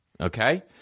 okay